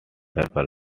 circle